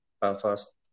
Belfast